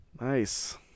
Nice